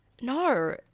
no